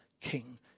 king